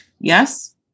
Yes